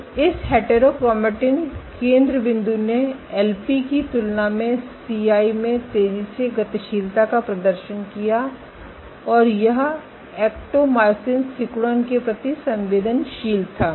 तो इस हेट्रोक्रोमैटिन केंद्र बिन्दु ने एलपी की तुलना में सीआई में तेजी से गतिशीलता का प्रदर्शन किया और यह एक्टोमायसिन सिकुड़न के प्रति संवेदनशील था